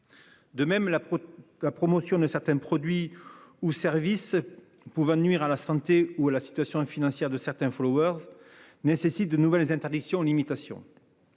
De même la. La promotion de certains produits ou services pouvant nuire à la santé ou à la situation financière de certains followers nécessite de nouvelles interdictions limitation.